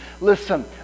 Listen